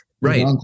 Right